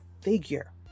figure